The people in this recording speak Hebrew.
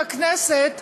בכנסת,